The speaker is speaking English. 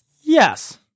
Yes